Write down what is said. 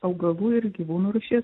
augalų ir gyvūnų rūšis